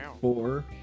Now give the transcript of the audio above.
four